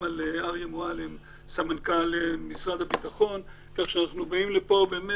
גם על אריה מועלם, סמנכ"ל משרד הביטחון, זה היה